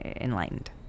enlightened